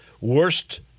worst